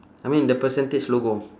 I mean the percentage logo